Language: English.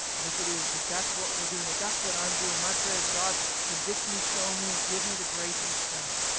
and if it is, if that's what we're doing, if that's what i'm doing, my prayer is, god convict me, show me, and give me the grace and strength